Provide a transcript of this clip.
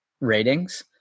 ratings